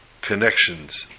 connections